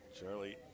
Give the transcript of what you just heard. Charlie